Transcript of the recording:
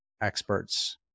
experts